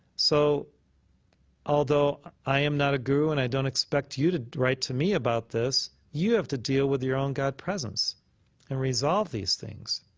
so i am not a guru, and i don't expect you to write to me about this. you have to deal with your own god presence and resolve these things.